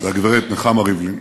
והגברת נחמה ריבלין,